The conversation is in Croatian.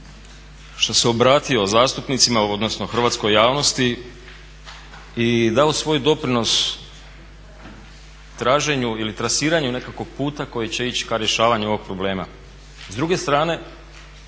Sabora obratio zastupnicima odnosno hrvatskoj javnosti i dao svoj doprinos traženju ili trasiranju nekakvog puta koji će ići ka rješavanju ovog problema.